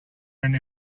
and